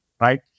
Right